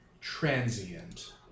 ...transient